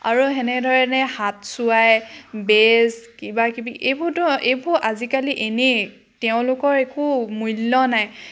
আৰু তেনেধৰণে হাত চোৱায় বেজ কিবা কিবি এইবোৰতো এইবোৰ আজিকালি এনেই তেওঁলোকৰ একো মূল্য নাই